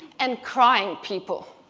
and crying people.